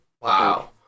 Wow